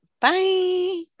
Bye